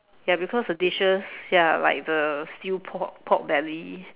ya because the dishes ya like the stew pork pork belly